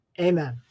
Amen